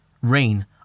Rain